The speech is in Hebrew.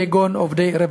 כגון עובדי רווחה.